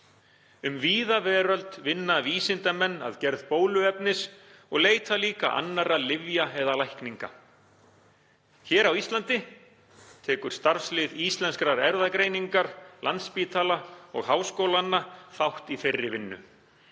Um víða veröld vinna vísindamenn að gerð bóluefnis og leita líka annarra lyfja eða lækninga. Hér á Íslandi tekur starfslið Íslenskrar erfðagreiningar, Landspítala og háskólanna þátt í þeirri vinnu.